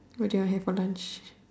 what did you have for lunch